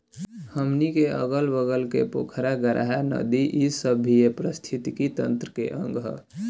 हमनी के अगल बगल के पोखरा, गाड़हा, नदी इ सब भी ए पारिस्थिथितिकी तंत्र के अंग ह